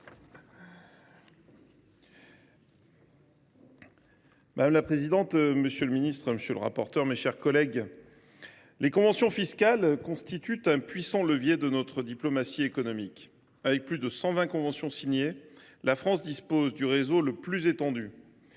Madame la présidente, monsieur le ministre, mes chers collègues, les conventions fiscales constituent un puissant levier de notre diplomatie économique. Avec plus de 120 conventions signées, la France dispose du réseau le plus étendu